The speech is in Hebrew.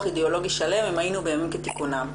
אידיאולוגי שלם אם היינו בימים כתיקונם.